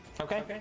Okay